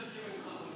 יותר, ממך.